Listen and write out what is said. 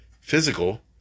physical